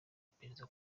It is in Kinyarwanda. iperereza